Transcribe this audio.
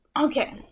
Okay